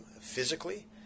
physically